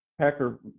packer